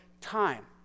time